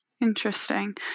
Interesting